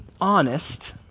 honest